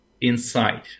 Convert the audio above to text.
inside